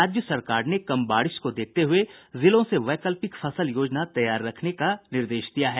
राज्य सरकार ने कम बारिश को देखते हुये जिलों से वैकल्पिक फसल योजना तैयार रखने का निर्देश दिया है